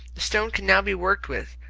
the stone can now be worked with,